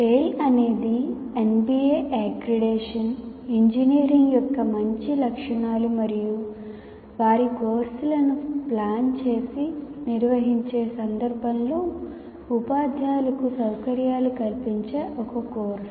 టేల్ అనేది NBA Accreditation engineer యొక్క మంచి లక్షణాలు మరియు వారి కోర్సులను ప్లాన్ చేసి నిర్వహించే సందర్భంలో ఉపాధ్యాయులకు సౌకర్యాలు కల్పించే ఒక కోర్సు